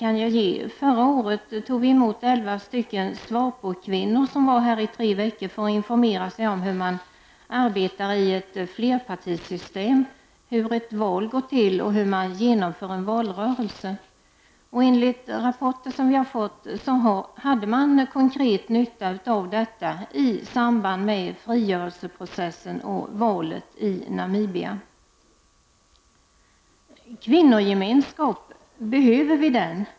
Förra året tog vi emot elva Swapo-kvinnor, som var här i tre veckor för att informera sig om hur man arbetar i ett flerpartisystem, hur ett val går till och hur man genomför en valrörelse. Enligt rapporter som vi har fått hade man konkret nytta av detta i samband med frigörelseprocessen och valet i Namibia. Kvinnogemenskap — behöver vi den?